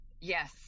Yes